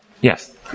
Yes